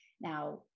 Now